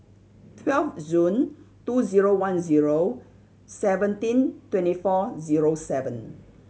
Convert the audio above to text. twelve June two zero one zero seventeen twenty four zero seven